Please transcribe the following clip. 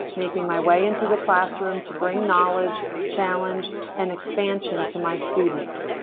making my way into the classroom to bring knowledge, challenge an expansion to my students.